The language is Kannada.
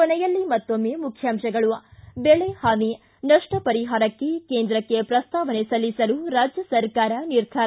ಕೊನೆಯಲ್ಲಿ ಮತ್ತೊಮ್ನೆ ಮುಖ್ಯಾಂಶಗಳು ಮಳೆ ಹಾನಿ ನಷ್ಟ ಪರಿಹಾರಕ್ಕೆ ಕೇಂದ್ರಕ್ಕೆ ಪ್ರಸ್ತಾವನೆ ಸಲ್ಲಿಸಲು ರಾಜ್ಯ ಸರ್ಕಾರ ನಿರ್ಧಾರ